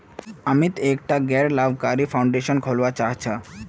अमित एकटा गैर लाभकारी फाउंडेशन खोलवा चाह छ